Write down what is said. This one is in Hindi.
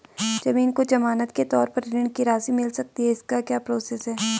ज़मीन को ज़मानत के तौर पर ऋण की राशि मिल सकती है इसकी क्या प्रोसेस है?